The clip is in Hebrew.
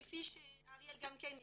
כפי שאריאל גם כן תיאר,